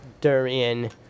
Durian